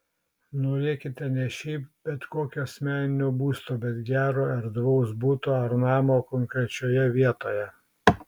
norėkite ne šiaip bet kokio asmeninio būsto bet gero erdvaus buto ar namo konkrečioje vietoje